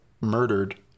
murdered